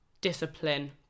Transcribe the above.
discipline